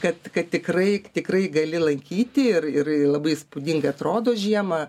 kad tikrai tikrai gali lankyti ir ir ir labai įspūdingai atrodo žiemą